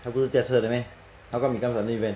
他不是驾车的 meh how come become suddenly van